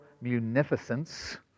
munificence